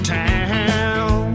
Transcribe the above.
town